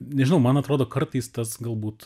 nežinau man atrodo kartais tas galbūt